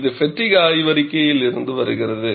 இது ஃப்பெட்டிக் ஆய்வறிக்கையிலிருந்து வருகிறது